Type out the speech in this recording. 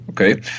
Okay